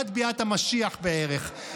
עד ביאת המשיח בערך,